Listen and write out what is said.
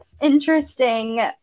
Interesting